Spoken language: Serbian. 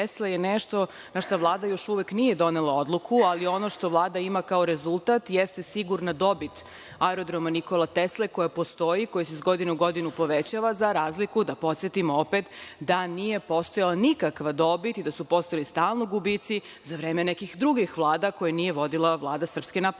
Tesle“ je nešto na šta Vlada još uvek nije donela odluku, ali ono što Vlada ima kao rezultat jeste sigurna dobit aerodroma „Nikola Tesla“ koja postoji, koji se iz godine u godinu povećava, za razliku, da podsetimo opet, da nije postojala nikakva dobit i da su postojali stalno gubici za vreme nekih drugih vlada koje nije vodila Vlada SNS.Znači,